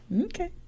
Okay